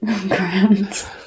ground